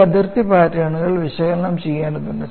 ഈ അതിർത്തി പാറ്റേണുകൾ വിശകലനം ചെയ്യേണ്ടതുണ്ട്